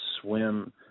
swim